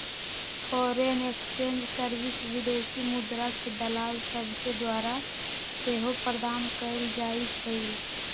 foreign exchange service विदेशी मुद्राके दलाल सभके द्वारा सेहो प्रदान कएल जाइ छइ